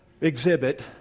exhibit